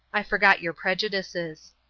i forgot your prejudices.